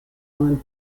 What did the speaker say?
and